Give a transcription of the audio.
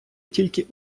тільки